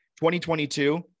2022